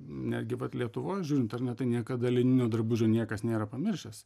netgi vat lietuvoj žiūrint ar ne tai niekada lininių drabužių niekas nėra pamiršęs